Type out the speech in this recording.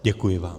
Děkuji vám.